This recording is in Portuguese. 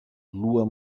lua